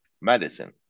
medicine